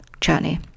journey